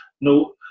No